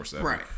Right